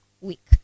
Week